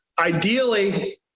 Ideally